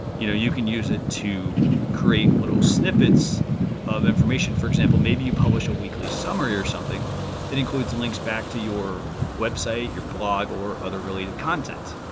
you know you can use it to create little snippets of information, for example, maybe you publish a weekly summary or something that includes the links back to your website, your blog or other related content.